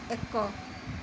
ଏକ